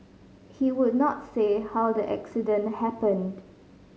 he would not say how the accident happened